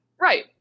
Right